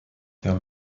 der